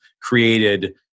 created